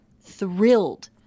thrilled